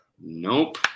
Nope